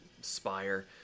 spire